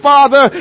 Father